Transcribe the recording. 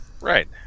right